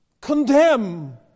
condemn